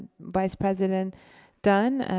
vice president dunn,